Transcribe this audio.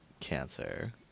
cancer